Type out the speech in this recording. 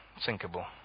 sinkable